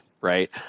right